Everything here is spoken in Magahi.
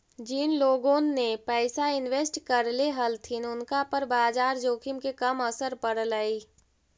जिन लोगोन ने पैसा इन्वेस्ट करले हलथिन उनका पर बाजार जोखिम के कम असर पड़लई